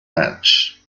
match